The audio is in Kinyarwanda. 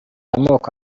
amoko